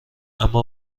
اما